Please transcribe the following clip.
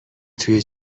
توی